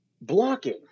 blocking